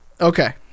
okay